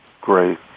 Great